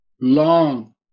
long